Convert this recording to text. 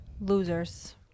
Losers